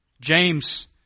James